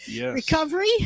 recovery